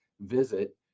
visit